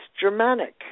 Germanic